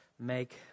make